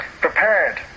prepared